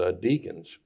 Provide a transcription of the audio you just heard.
deacons